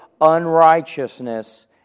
unrighteousness